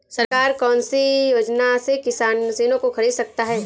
सरकार की कौन सी योजना से किसान मशीनों को खरीद सकता है?